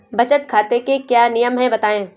बचत खाते के क्या नियम हैं बताएँ?